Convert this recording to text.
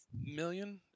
million